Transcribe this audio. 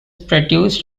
produced